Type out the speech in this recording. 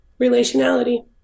relationality